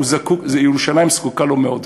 ירושלים זקוקה לו מאוד.